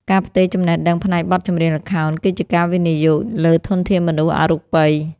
ការផ្ទេរចំណេះដឹងផ្នែកបទចម្រៀងល្ខោន គឺជាការវិនិយោគលើធនធានមនុស្សអរូបិយ។